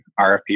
RFP